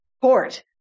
court